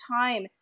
time